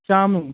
ਸ਼ਾਮ ਨੂੰ